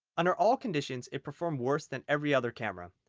under all conditions it performs worse than every other camera.